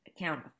account